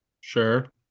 Sure